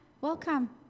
Welcome